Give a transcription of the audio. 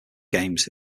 games